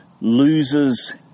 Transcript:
loses